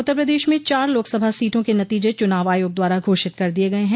उत्तर प्रदेश में चार लोकसभा सीटों के नतीजे चुनाव आयोग द्वारा घोषित कर दिये गये है